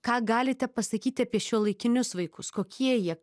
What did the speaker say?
ką galite pasakyt apie šiuolaikinius vaikus kokie jie